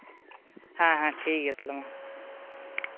ᱦᱮᱸ ᱦᱮᱸ ᱴᱷᱤᱠ ᱜᱮᱭᱟ ᱛᱟᱦᱞᱮ ᱢᱟ